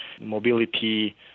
mobility